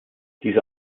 diese